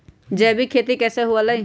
जैविक खेती कैसे हुआ लाई?